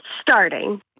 starting